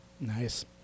Nice